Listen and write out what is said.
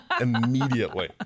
immediately